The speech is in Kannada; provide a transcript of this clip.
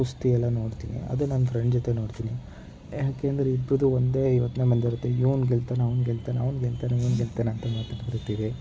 ಕುಸ್ತಿಯೆಲ್ಲ ನೋಡ್ತೀನಿ ಅದು ನನ್ನ ಫ್ರೆಂಡ್ ಜೊತೆ ನೋಡ್ತೀನಿ ಯಾಕೆಂದರೆ ಇಬ್ಬರದೂ ಒಂದೇ ಯೋಚನೆ ಬಂದಿರುತ್ತೆ ಇವನು ಗೆಲ್ತಾನಾ ಅವನು ಗೆಲ್ತಾನಾ ಅವನು ಗೆಲ್ತಾನಾ ಇವನು ಗೆಲ್ತಾನಾ ಅಂತ ಮಾತಾಡ್ತಿರ್ತೀವಿ